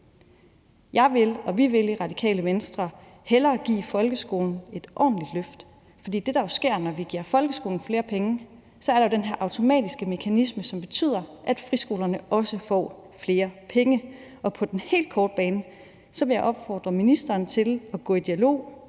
Jeg og Radikale Venstre vil hellere give folkeskolen et ordentligt løft. For det, der jo sker, når vi giver folkeskolen flere penge, er, at der så er den her automatiske mekanisme, som betyder, at friskolerne også får flere penge. På den helt korte bane vil jeg opfordre ministeren til at gå i dialog